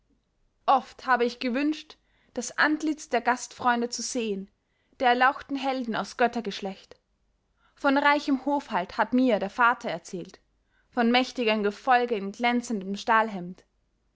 oft habe ich gewünscht das antlitz der gastfreunde zu sehen der erlauchten helden aus göttergeschlecht von reichem hofhalt hat mir der vater erzählt von mächtigem gefolge in glänzendem